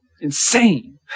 Insane